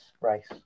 race